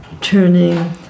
turning